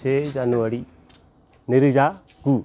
से जानुवारि नैरोजा गु